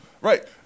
Right